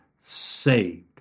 saved